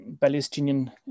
Palestinian